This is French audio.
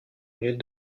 minutes